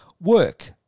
work